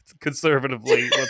Conservatively